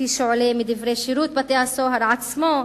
כפי שעולה מדברי שירות בתי-הסוהר עצמו,